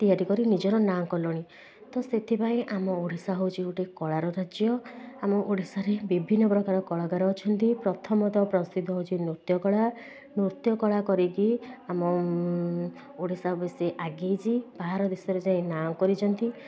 ତିଆରି କରି ନିଜର ନାଁ କଲେଣି ତ ସେଥିପାଇଁ ଆମ ଓଡ଼ିଶା ହେଉଛି ଗୋଟେ କଳାର ରାଜ୍ୟ ଆମ ଓଡ଼ିଶାରେ ବିଭିନ୍ନ ପ୍ରକାର କଳାକାର ଅଛନ୍ତି ପ୍ରଥମତଃ ପ୍ରସିଦ୍ଧ ହେଉଛି ନୃତ୍ୟ କଳା ନୃତ୍ୟ କଳା କରିକି ଆମ ଓଡ଼ିଶା ବେଶି ଆଗେଇଛି ବାହାର ଦେଶରେ ଯାଇ ନାଁ କରିଛନ୍ତି